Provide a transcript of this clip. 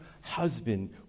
husband